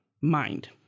mind